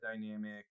dynamic